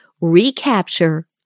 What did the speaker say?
recapture